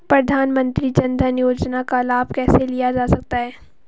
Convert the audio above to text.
प्रधानमंत्री जनधन योजना का लाभ कैसे लिया जा सकता है?